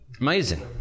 Amazing